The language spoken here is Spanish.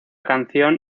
canción